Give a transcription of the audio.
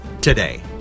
today